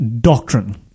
doctrine